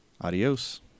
Adios